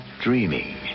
dreaming